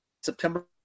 September